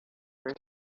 for